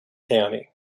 county